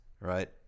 right